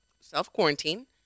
self-quarantine